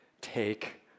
take